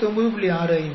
65 79